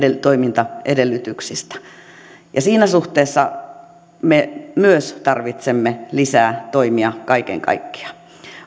toimintaedellytyksistä siinä suhteessa me tarvitsemme myös lisää toimia kaiken kaikkiaan